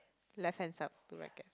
left hand side of the racket